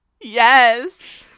yes